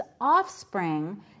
offspring